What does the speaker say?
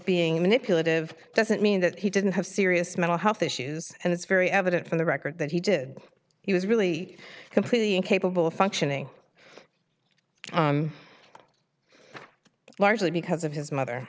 being manipulative doesn't mean that he didn't have serious mental health issues and it's very evident from the record that he did he was really completely incapable of functioning largely because of his mother